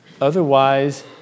Otherwise